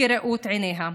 כראות עיניה.